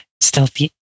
Stealthy